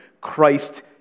Christ